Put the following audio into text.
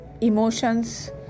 emotions